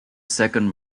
second